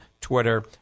Twitter